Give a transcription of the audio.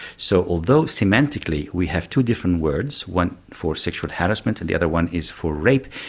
so although, semantically, we have two different words, one for sexual harassment and the other one is for rape,